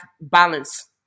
balance